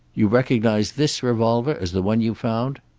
you recognize this revolver as the one you found?